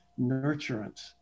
nurturance